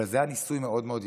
אבל זה היה ניסוי מאוד מאוד יפה,